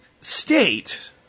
state